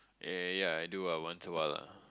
eh yea I do ah once a while ah